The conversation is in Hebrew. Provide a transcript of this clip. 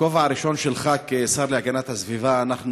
בכובע הראשון שלך כשר להגנת הסביבה אנחנו